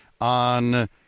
on